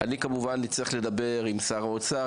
אני כמובן אצטרך לדבר עם שר האוצר,